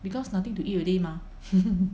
because nothing to eat already mah